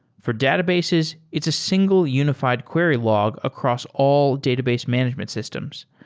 for databases, it's a single unified query log across all database management systems.